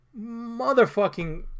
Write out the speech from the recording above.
motherfucking